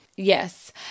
Yes